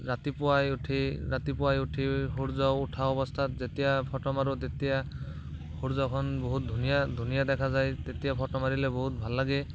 ৰাতিপুৱাই উঠি ৰাতিপুৱাই উঠি সূৰ্য উঠা অৱস্থাত যেতিয়া ফটো মাৰো তেতিয়া সূৰ্যখন বহুত ধুনীয়া ধুনীয়া দেখা যায় তেতিয়া ফটো মাৰিলে বহুত ভাল লাগে